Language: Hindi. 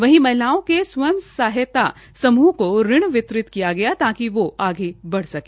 वहीं महिलाओं के स्वयं सहायता समूह को ऋण वितरित किया गया ताकि वो आगे बढ़ सके